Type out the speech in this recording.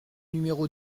numéro